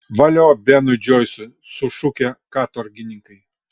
valio benui džoisui sušukę katorgininkai